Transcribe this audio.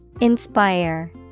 Inspire